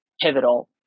pivotal